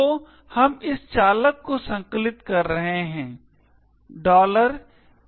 तो हम इस चालक को संकलित करते हैं make driver